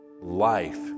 life